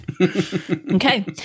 Okay